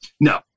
no